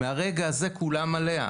מהרגע הזה כולם עלייה.